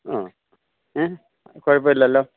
ആ എ കുഴപ്പം ഇല്ലല്ലോ